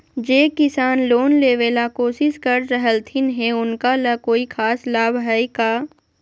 जे किसान लोन लेबे ला कोसिस कर रहलथिन हे उनका ला कोई खास लाभ हइ का?